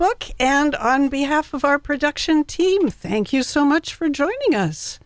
book and on behalf of our production team thank you so much for joining us